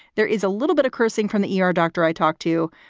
there is a little bit of cursing from the e r. doctor i talked to,